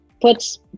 puts